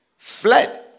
fled